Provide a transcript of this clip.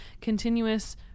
continuous